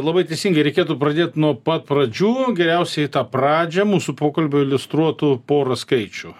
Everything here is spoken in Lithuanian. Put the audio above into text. labai teisingai reikėtų pradėt nuo pat pradžių geriausiai tą pradžią mūsų pokalbiui iliustruotų pora skaičių